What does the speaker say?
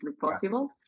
possible